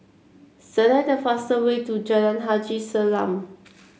select the fastest way to Jalan Haji Salam